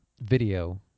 video